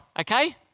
Okay